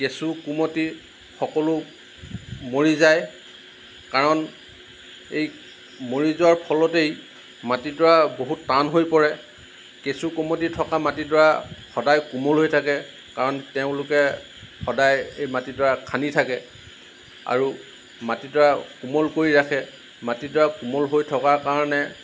কেঁচু কুমতি সকলো মৰি যায় কাৰণ এই মৰি যোৱাৰ ফলতেই মাটিডৰা বহুত টান হৈ পৰে কেঁচু কুমতি থকা মাটিডৰা সদায় কোমল হৈ থাকে কাৰণ তেওঁলোকে সদায় এই মাটিডৰা খান্দি থাকে আৰু মাটিডৰা কোমল কৰি ৰাখে মাটিডৰা কোমল হৈ থকাৰ কাৰণে